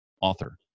author